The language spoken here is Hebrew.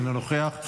אינו נוכח,